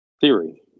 theory